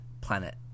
planet